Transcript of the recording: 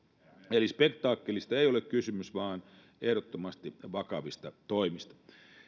eli spektaakkelista ei ole kysymys vaan ehdottomasti vakavista toimista